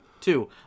Two